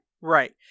Right